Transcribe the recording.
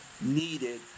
needed